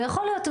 ויכול להיות,